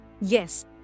Yes